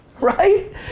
Right